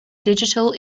digital